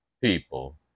people